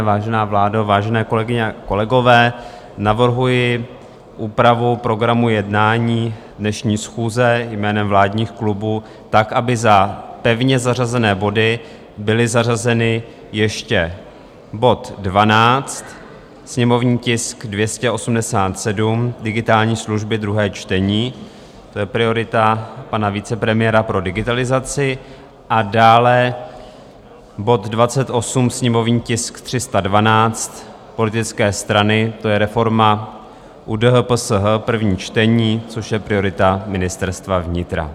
Vážená vládo, vážené kolegyně a kolegové, navrhuji úpravu programu jednání dnešní schůze jménem vládních klubů tak, aby za pevně zařazené body byly zařazeny ještě bod 12, sněmovní tisk 287, digitální služby, druhé čtení, to je priorita pana vicepremiéra pro digitalizaci, a dále bod 28, sněmovní tisk 312, politické strany, to je reforma ÚDHPSH, první čtení, což je priorita Ministerstva vnitra.